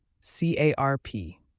C-A-R-P